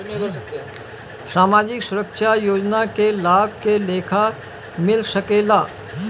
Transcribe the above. सामाजिक सुरक्षा योजना के लाभ के लेखा मिल सके ला?